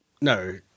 No